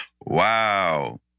Wow